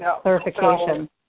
clarification